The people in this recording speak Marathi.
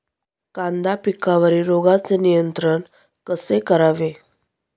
कांदा पिकावरील रोगांचे नियंत्रण कसे करावे?